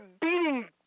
beating